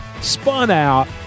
spun-out